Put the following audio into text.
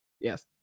Yes